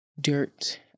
dirt